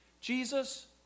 Jesus